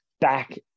back